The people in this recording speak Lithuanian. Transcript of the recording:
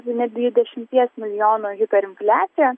net dvidešimties milijonų hiperinfliaciją